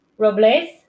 Robles